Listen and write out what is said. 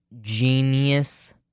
genius